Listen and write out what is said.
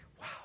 Wow